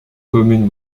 communes